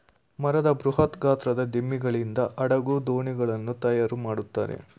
ಮರದ ಬೃಹತ್ ಗಾತ್ರದ ದಿಮ್ಮಿಗಳಿಂದ ಹಡಗು, ದೋಣಿಗಳನ್ನು ತಯಾರು ಮಾಡುತ್ತಾರೆ